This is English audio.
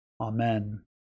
Amen